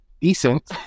decent